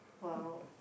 !wow!